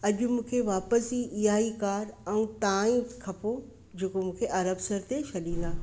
अॼु मूंखे वापसी इहा ई कार ऐं तव्हां ई खपो जेको मूंखे अरबसर ते छॾींदा